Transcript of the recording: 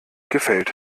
gefällt